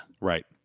Right